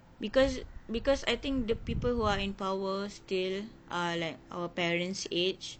because because I think the people who are in power still are like our parent's age